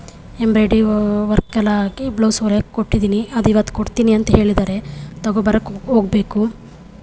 embroidery work ಎಲ್ಲ ಹಾಕಿ blouse ಹೊಲೆಯೋಕೆ ಕೊಟ್ಟಿದ್ದೀನಿ ಅದು ಈವತ್ತು ಕೊಡ್ತೀನಿ ಅಂತ ಹೇಳಿದರೆ ತಗೋ ಬರೋಕೆ ಹೋಗ್ಬೇಕು